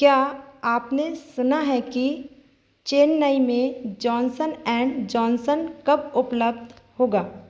क्या आपने सुना है कि चेन्नई में जॉनसन एण्ड जॉनसॉन कब उपलब्ध होगा